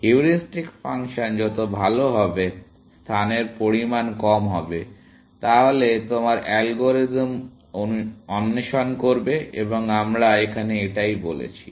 heuristic function যত ভাল হবে স্থানের পরিমাণ কম হবে তাহলে তোমার অ্যালগরিদম অন্বেষণ করবে এবং আমরা এখানে এটাই বলেছি